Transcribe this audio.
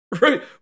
right